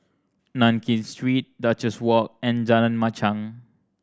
Nankin Street Duchess Walk and Jalan Machang